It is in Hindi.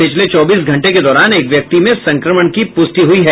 पिछले चौबीस घंटे के दौरान एक व्यक्ति में संक्रमण की पुष्टि हुई है